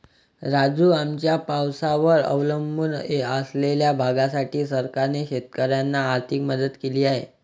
राजू, आमच्या पावसावर अवलंबून असलेल्या भागासाठी सरकारने शेतकऱ्यांना आर्थिक मदत केली आहे